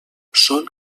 són